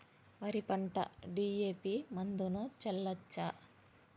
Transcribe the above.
వరి పంట డి.ఎ.పి మందును చల్లచ్చా?